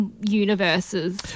universes